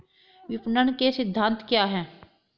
विपणन के सिद्धांत क्या हैं?